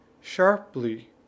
sharply